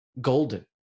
Golden